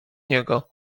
niego